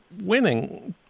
winning